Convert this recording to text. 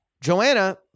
Joanna